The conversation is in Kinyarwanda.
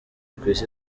kw’isi